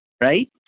right